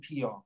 PR